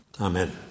Amen